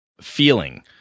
Feeling